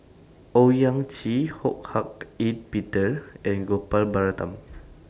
Owyang Chi Ho Hak Ean Peter and Gopal Baratham